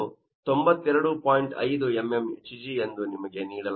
5 mmHg ಎಂದು ನಿಮಗೆ ನೀಡಲಾಗಿದೆ